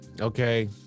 okay